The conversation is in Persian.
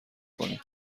کنید